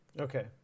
okay